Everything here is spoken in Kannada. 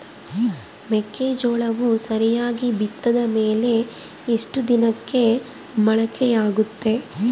ಮೆಕ್ಕೆಜೋಳವು ಸರಿಯಾಗಿ ಬಿತ್ತಿದ ಮೇಲೆ ಎಷ್ಟು ದಿನಕ್ಕೆ ಮೊಳಕೆಯಾಗುತ್ತೆ?